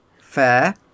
fair